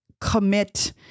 commit